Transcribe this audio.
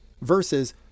versus